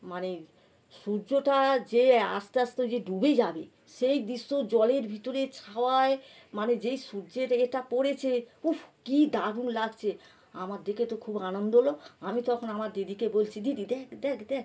মানে সূর্যটা যে আস্তে আস্তে যে ডুবে যাবে সেই দৃশ্য জলের ভিতরে ছাওয়ায় মানে যেই সূর্যের এটা পড়েছে উফ কি দারুণ লাগছে আমার দেখে তো খুব আনন্দ হলো আমি তখন আমার দিদিকে বলছি দিদি দেখ দেখ দেখ